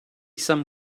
some